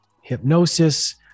hypnosis